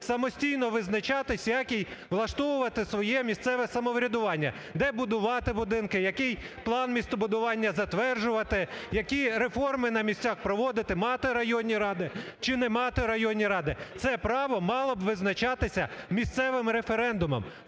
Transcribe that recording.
самостійно визначатись, як їй влаштовувати своє місцеве самоврядування, де будувати будинки, який план містобудування затверджувати, які реформи на місцях проводити, мати районні ради чи не мати районні ради. Це право мало б визначатися місцевим референдумом.